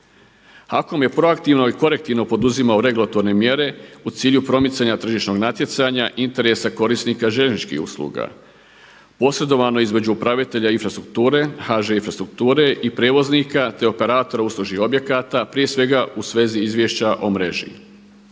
HAKOM je proaktivno i korektivno poduzimao regulatorne mjere u cilju promicanja tržišnog natjecanja, interesa korisnika željezničkih usluga posredovano između upravitelja infrastrukture, HŽ Infrastrukture i prijevoznika te operatora uslužnih objekata prije svega u svezi izvješća o mreži.